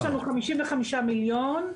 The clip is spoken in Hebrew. לדרוזים יש לנו חמישים וחמישה מיליון,